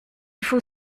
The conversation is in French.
faut